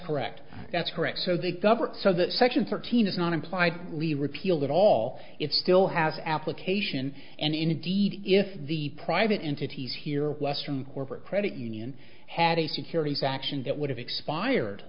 correct that's correct so they cover it so that section thirteen is not implied lee repealed it all it still has application and indeed if the private entities here western corporate credit union had a security faction that would have expired